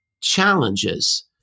challenges